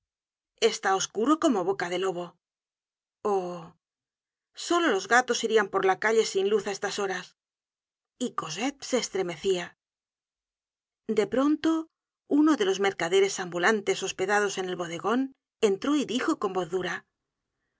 está oscuro como boca de lobo ó solo los gatos irian por la calle sin luz á estas horas y cosette se estremecia de pronto uno de los mercaderes ambulantes hospedados en el bodegon entró y dijo con voz dura